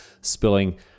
spilling